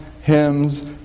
hymns